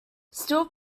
steel